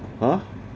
!huh!